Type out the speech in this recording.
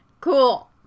Cool